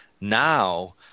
Now